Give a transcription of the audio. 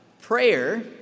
prayer